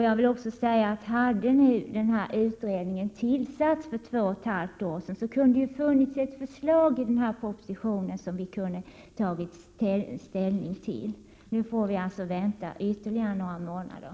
Jag vill också säga att hade denna utredning tillsatts för två och ett halvt år sedan, kunde det ha funnits ett förslag i propositionen som vi kunde ha tagit ställning till. Nu får vi alltså vänta ytterligare några månader.